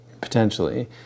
potentially